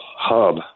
hub